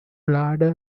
larder